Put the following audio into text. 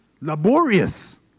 laborious